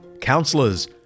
Councillors